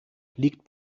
liegt